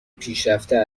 پیشرفته